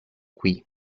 qui